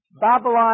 Babylon